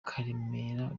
karemera